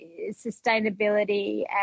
sustainability